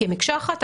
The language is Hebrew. כמקשה אחת,